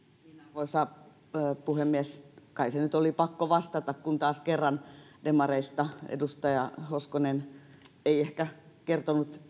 arvoisa puhemies kai se nyt oli pakko vastata kun taas kerran edustaja hoskonen ei ehkä kertonut